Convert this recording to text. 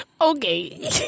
Okay